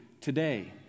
today